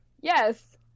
Yes